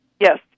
Yes